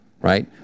right